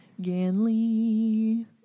Ganley